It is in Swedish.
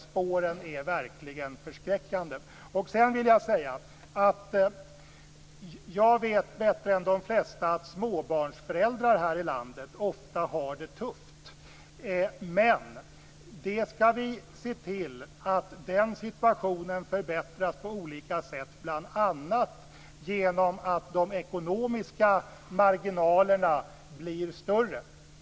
Spåren är verkligen förskräckande. Jag vet bättre än de flesta att småbarnsföräldrar i det här landet ofta har det tufft. Men vi skall se till att den situationen på olika sätt förbättras, bl.a. genom att de ekonomiska marginalerna blir större.